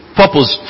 purpose